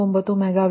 49 megawatt